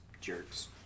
jerks